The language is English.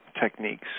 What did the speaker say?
techniques